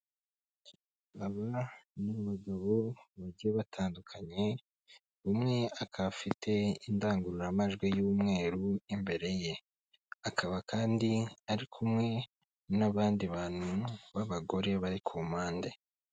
Aba ni abagabo bagiye batandukanye, umwe akaba afite indangururamajwi y'umweru imbere ye. Akaba kandi ari kumwe n'abandi bantu b'abagore bari ku mpande.